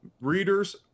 readers